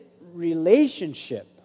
relationship